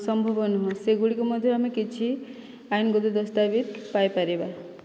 ସମ୍ଭବ ନୁହେଁ ସେଗୁଡ଼ିକୁ ମଧ୍ୟ ଆମେ କିଛି ଆଇନଗତ ଦସ୍ତାବିଜ ପାଇପାରିବା